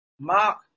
Mark